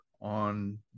on